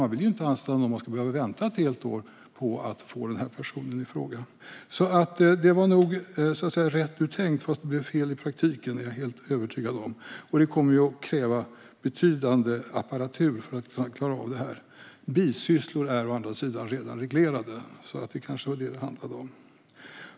Man vill ju inte anställa någon om man ska behöva vänta ett helt år på att få personen i fråga. Det var nog rätt tänkt, fast det blev fel i praktiken, är jag helt övertygad om. Det skulle ju kräva betydande apparatur för att klara detta. Bisysslor är å andra sidan redan reglerade, och det var kanske det som det handlade om.